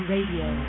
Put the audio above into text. Radio